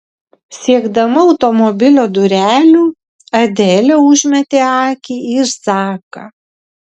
siekdama automobilio durelių adelė užmetė akį į zaką